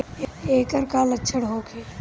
ऐकर का लक्षण होखे?